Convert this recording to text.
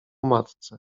matce